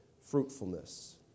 fruitfulness